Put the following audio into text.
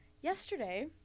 yesterday